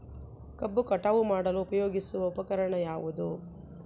ಕಬ್ಬು ಕಟಾವು ಮಾಡಲು ಉಪಯೋಗಿಸುವ ಉಪಕರಣ ಯಾವುದು?